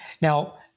Now